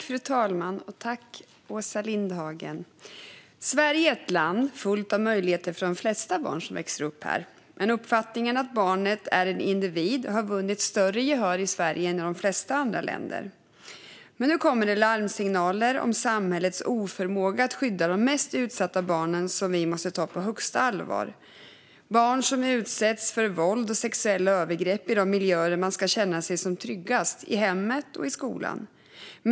Fru talman! Tack, Åsa Lindhagen! Sverige är ett land fullt av möjligheter för de flesta barn som växer upp här. Uppfattningen att barnet är en individ har vunnit större gehör i Sverige än i de flesta andra länder. Men nu kommer det larmsignaler om samhällets oförmåga att skydda de mest utsatta barnen som vi måste ta på största allvar. Det gäller barn som utsätts för våld och sexuella övergrepp i de miljöer där de ska känna sig som tryggast, i hemmet och i skolan.